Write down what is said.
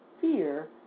fear